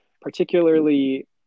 particularly